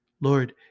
Lord